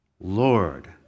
Lord